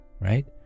right